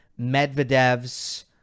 Medvedev's